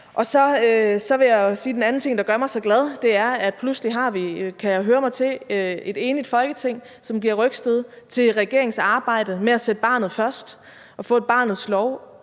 Så vil jeg sige, at den anden ting, der gør mig så glad, er, at vi pludselig har, kan jeg høre mig til, et enigt Folketing, som giver rygstød til regeringens arbejde med at sætte barnet først og få en barnets lov